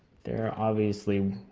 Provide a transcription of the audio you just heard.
there obviously.